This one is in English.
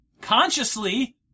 consciously